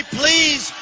please